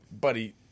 Buddy